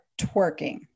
twerking